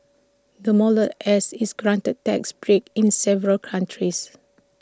the model S is granted tax breaks in several countries